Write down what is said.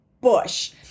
bush